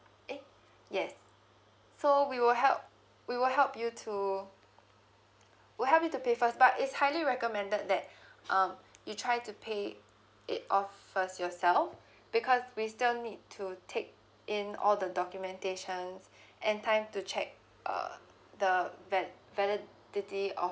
eh yes so we will help we will help you to we'll help you to pay first but it's highly recommended that um you try to pay it off first yourself because we still need to take in all the documentations and time to check uh the val~ validity of